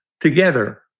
together